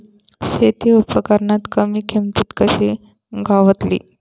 शेती उपकरणा कमी किमतीत कशी गावतली?